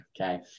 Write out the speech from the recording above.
Okay